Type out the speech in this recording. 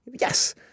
Yes